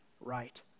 right